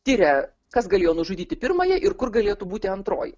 tiria kas galėjo nužudyti pirmąją ir kur galėtų būti antroji